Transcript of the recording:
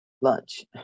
lunch